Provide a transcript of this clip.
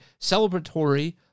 celebratory